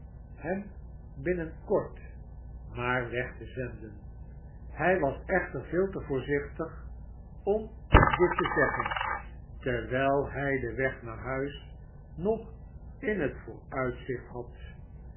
hem binnen kort maar weg te zenden hij was echter veel te voorzichtig om dit te zeggen terwijl hij den weg naar huis nog in het vooruitzicht had